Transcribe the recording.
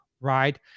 right